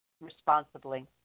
responsibly